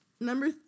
Number